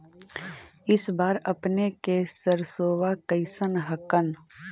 इस बार अपने के सरसोबा कैसन हकन?